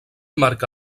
marca